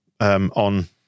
On